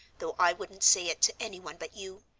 though i wouldn't say it to anyone but you.